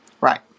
Right